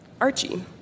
Archie